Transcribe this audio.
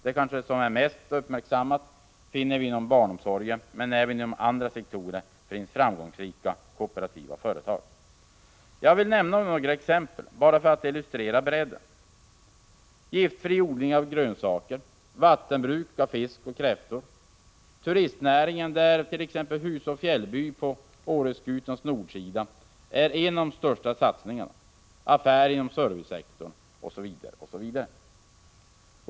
De kanske mest uppmärksammade finner vi inom barnomsorgen, men även inom andra sektorer finns framgångsrika kooperativa företag. Jag vill nämna några exempel bara för att illustrera bredden: giftfri odling av grönsaker, vattenbruk av fisk och kräftor, turistnäringen, där Huså fjällby på Åreskutans nordsida är en av de största satsningarna, affärer inom servicesektorn osv.